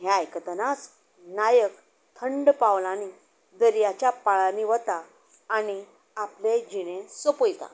हें आयकतनाच नायक थंड पावलांनी दर्याच्या पाळांनी वता आनी आपलेंय जिणें सोंपयता